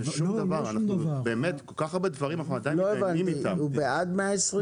הוא בעד 120 הימים?